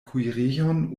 kuirejon